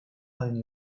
aynı